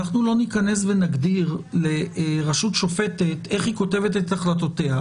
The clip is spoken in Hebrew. אנחנו לא ניכנס ונגדיר לרשות שופטת איך היא כותבת את החלטותיה.